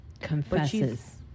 Confesses